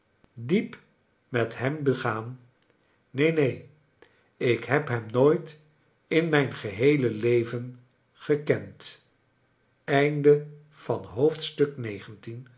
diep met hem begaan neen neen ik heb hem nooit in mijn geheele leven gekend